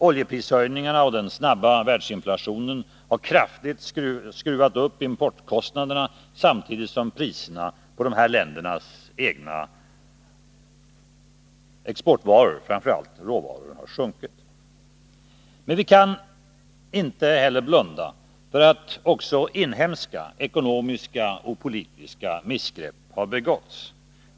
Oljeprishöjningarna och den snabba världsinflationen har kraftigt skruvat upp importkostnaderna, samtidigt som priserna på dessa länders egna exportvaror, framför allt råvaror, har sjunkit. Men vi kan inte heller blunda för att också inhemska ekonomiska och politiska missgrepp har begåtts.